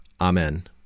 Amen